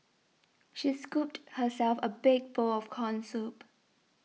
she scooped herself a big bowl of Corn Soup